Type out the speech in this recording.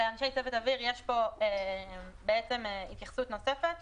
שלאנשי צוות אוויר יש פה בעצם התייחסות נוספת,